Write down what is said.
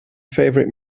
favorite